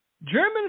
German